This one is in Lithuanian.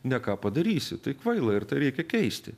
ne ką padarysi tai kvaila ir tai reikia keisti